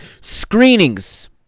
screenings